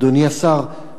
אדוני השר,